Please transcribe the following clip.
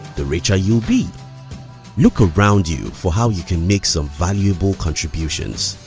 the richer you'll be look around you for how you can make some valuable contributions.